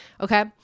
okay